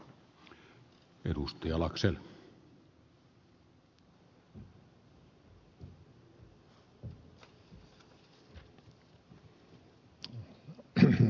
arvoisa herra puhemies